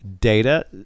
data